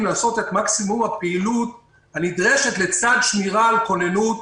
לעשות את מקסימום הפעילות הנדרשת לצד שמירה על כוננות